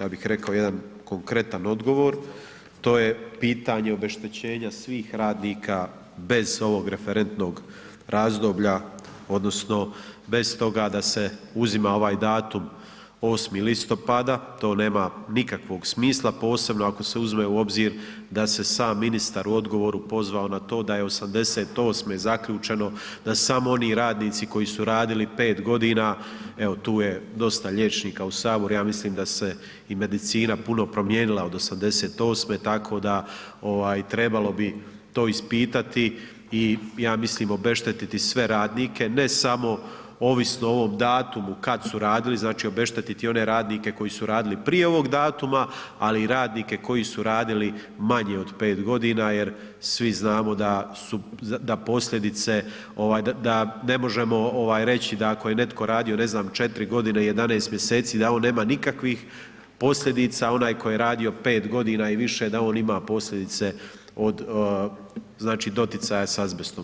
ja bih rekao jedan konkretan odgovor, to je pitanje obeštećenja svih radnika bez ovog referentnog razdoblja odnosno bez toga da se uzima ovaj datum 8. listopada, to nema nikakvog smisla, posebno ako se uzme u obzir da se sam ministar u odgovoru pozvao na to da je '88. zaključeno da samo oni radnici koji su radili 5 g., evo tu je dosta liječnika u Saboru, ja mislim da se i medicina puno promijenila od '88., tako da trebalo bi to ispitati i ja mislim obeštetiti sve radnike, ne samo ovisno o ovom datumu kad su radili, znači obeštetiti ome radnike koji su radili prije ovog datuma ali i radnike koji su radili manje od 5 g. jer svi znamo da ne možemo reći da ako je netko radio ne znam, 4 g. i 11 mj., da on nema nikakvih posljedica a onaj koji je radio 5 g. i više, da on ima posljedice od znači doticaja sa azbestom.